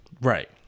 Right